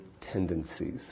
tendencies